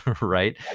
right